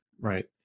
Right